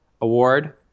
Award